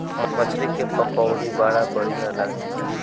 मछरी के पकौड़ी बड़ा बढ़िया लागेला